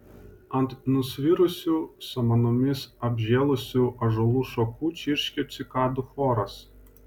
ant nusvirusių samanomis apžėlusių ąžuolų šakų čirškė cikadų choras